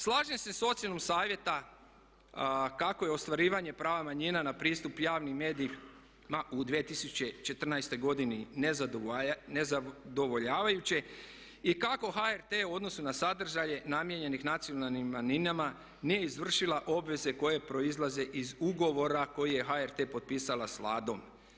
Slažem se sa ocjenom Savjeta kako je ostvarivanje prava manjina na pristup javnim medijima u 2014. godini nezadovoljavajuće i kako HRT u odnosu na sadržaje namijenjenih nacionalnim manjinama nije izvršila obveze koje proizlaze iz ugovora koji je HRT potpisala sa Vladom.